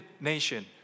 nation